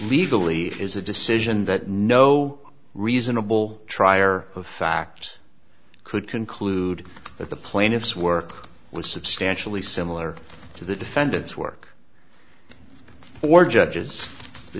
legally is a decision that no reasonable trier of fact could conclude that the plaintiffs work with substantially similar to the defendants work for judges the